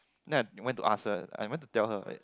then I went to ask her I went to tell her about it